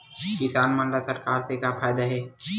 किसान मन ला सरकार से का फ़ायदा हे?